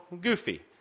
goofy